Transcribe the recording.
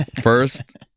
First